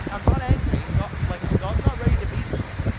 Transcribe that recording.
i'm not angry. god's like god's not ready to beat you.